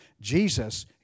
Jesus